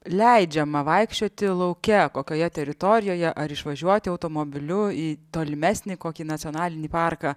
leidžiama vaikščioti lauke kokioje teritorijoje ar išvažiuoti automobiliu į tolimesnį kokį nacionalinį parką